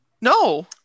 no